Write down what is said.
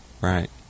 right